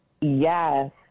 Yes